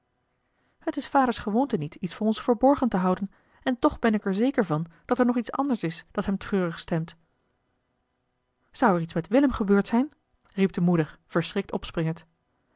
het is vaders gewoonte niet iets voor ons verborgen te houden en toch ben ik er zeker van dat er nog iets anders is dat hem treurig stemt zou er iets met willem gebeurd zijn riep de moeder verschrikt opspringend